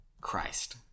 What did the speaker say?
Christ